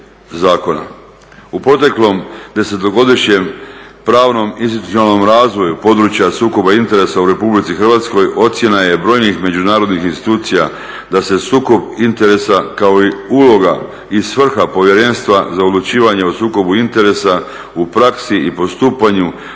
U proteklom desetogodišnjem pravnom institucionalnom razvoju područja sukoba interesa u RH ocjena je brojnih međunarodnih institucija da se sukob interesa kao i uloga i svrha Povjerenstva za odlučivanje o sukobu interesa u praksi i postupanju onih